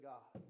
God